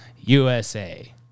USA